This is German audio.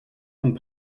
von